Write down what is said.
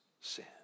sin